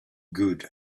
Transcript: good